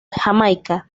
jamaica